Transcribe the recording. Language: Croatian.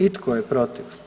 I tko je protiv?